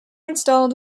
installed